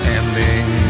ending